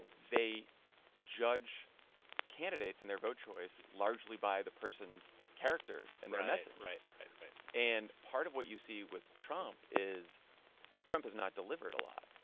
they judge candidates and their vote choice largely by the person's character and their message. and part of what you see with trump is trump has not delivered a lot,